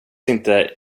inte